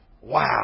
wow